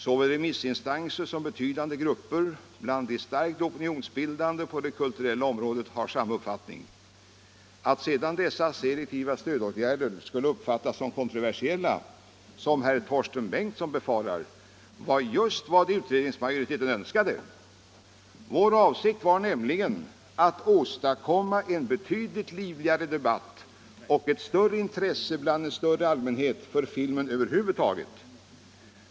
Såväl remissinstanser som betydande grupper bland de starkt opinionsbildande på det kulturella området har samma uppfattning. Att sedan dessa selektiva stödåtgärder skulle uppfattas som kontroversiella — som herr Torsten Bengtson befarar — var just vad utredningsmajoriteten önskade. Vår avsikt var nämligen att åstadkomma en betydligt livligare debatt och ett större intresse bland en bred allmänhet för filmen över huvud taget.